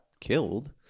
killed